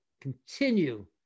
continue